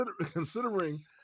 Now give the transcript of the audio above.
Considering